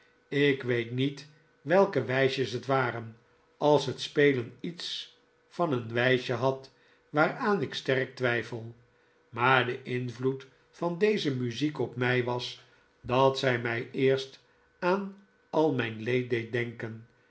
ik weet niet welke wijsjes het waren als het spelen iets van een wijsje had waaraan ik sterk twijfel maar de invloed van deze muziek op mij was dat zij mij eerst aan al mijn leed deed denken